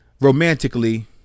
romantically